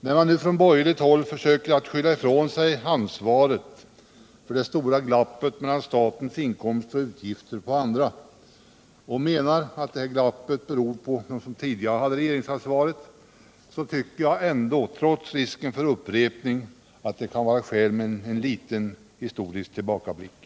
När man nu från borgerligt håll försöker skylla ifrån sig ansvaret för det stora glappet mellan statens inkomster och utgifter på andra och menar att detta glapp beror på dem som tidigare hade regeringsansvaret, tycker jag ändå — trots risken för upprepning — att det kan vara befogat med en liten historisk tillbakablick.